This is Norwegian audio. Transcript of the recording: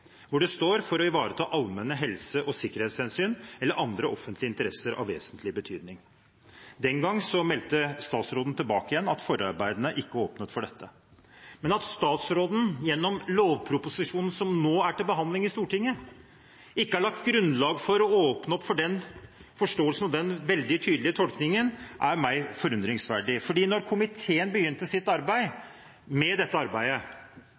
hvor det står: «for å ivareta allmenne helse- og sikkerhetshensyn eller andre offentlige interesser av vesentlig betydning.» Den gang meldte statsråden tilbake at forarbeidene ikke åpnet for dette. Men at statsråden gjennom lovproposisjonen, som nå er til behandling i Stortinget, ikke har lagt grunnlag for å åpne opp for den forståelsen og veldig tydelige tolkningen, er for meg forunderlig. Da komiteen begynte sitt arbeid med